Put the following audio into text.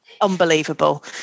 unbelievable